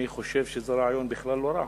אני חושב שזה רעיון בכלל לא רע